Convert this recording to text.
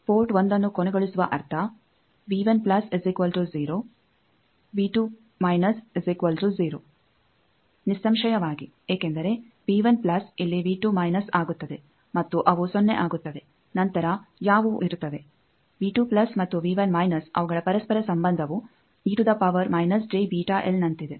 port 1ಅನ್ನು ಕೊನೆಗೊಳಿಸುವ ಅರ್ಥ ನಿಸ್ಸಂಶಯವಾಗಿ ಏಕೆಂದರೆ ಇಲ್ಲಿ ಆಗುತ್ತದೆ ಮತ್ತು ಅವು ಸೊನ್ನೆ ಆಗುತ್ತವೆ ನಂತರ ಯಾವುವು ಇರುತ್ತವೆ ಮತ್ತು ಅವುಗಳ ಪರಸ್ಪರ ಸಂಬಂಧವು ನಂತಿದೆ